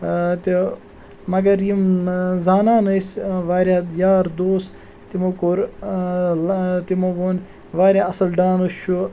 ٲں تہٕ مگر یِم ٲں زانان ٲسۍ واریاہ یار دوٗس تِمو کوٚر ٲں تِمو ووٚن واریاہ اصٕل ڈانٕس چھُ